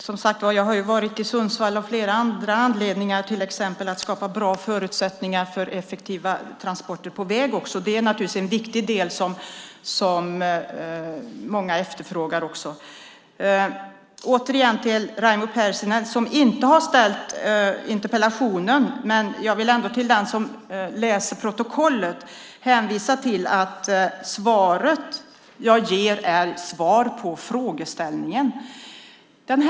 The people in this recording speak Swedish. Herr talman! Jag har varit i Sundsvall av flera andra anledningar. Det har till exempel handlat om att skapa bra förutsättningar för effektiva transporter på väg. Det är naturligtvis en viktig del som många också efterfrågar. Jag vänder mig återigen till Raimo Pärssinen, som inte har ställt interpellationen. Jag vill ändå till den som läser protokollet hänvisa till att svaret jag ger är svar på frågeställningen.